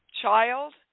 child